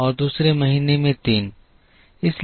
और दूसरे महीने में तीन